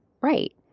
right